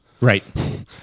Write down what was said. Right